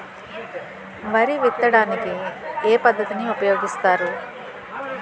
వరి విత్తడానికి ఏ పద్ధతిని ఉపయోగిస్తారు?